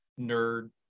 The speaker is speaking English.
nerd